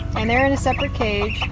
and they're in a separate cage.